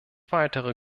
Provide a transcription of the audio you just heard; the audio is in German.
weitere